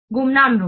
गुमनाम रूप से